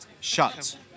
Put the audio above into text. shut